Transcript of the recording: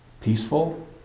peaceful